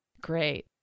Great